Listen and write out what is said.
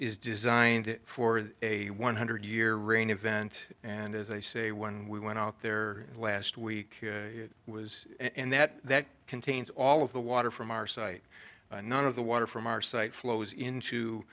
designed for a one hundred year rain event and as i say when we went out there last week it was and that that contains all of the water from our site none of the water from our site flows